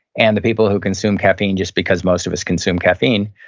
and the people who consume caffeine, just because most of us consume caffeine,